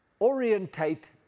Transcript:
orientate